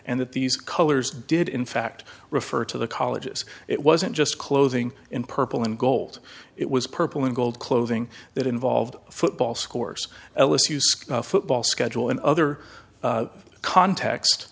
and that these colors did in fact refer to the colleges it wasn't just clothing in purple and gold it was purple and gold clothing that involved football scores ellis used football schedule in other context